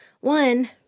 One